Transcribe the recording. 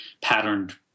patterned